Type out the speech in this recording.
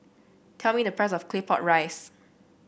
tell me the price of Claypot Rice